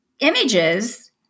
Images